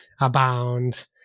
abound